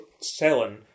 selling